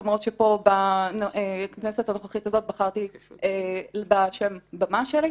למרות שפה בכנסת הנוכחית הזאת בחרתי בשם במה שלי,